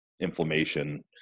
inflammation